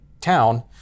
town